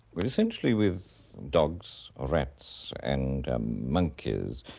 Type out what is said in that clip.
well, essentially with dogs or rats and monkeys.